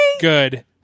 good